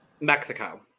Mexico